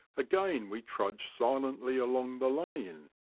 again we trudge silently along the lane,